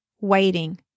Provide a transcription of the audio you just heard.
waiting